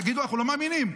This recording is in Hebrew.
תגידו: אנחנו לא מאמינים.